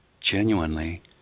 genuinely